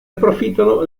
approfittano